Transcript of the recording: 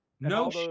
No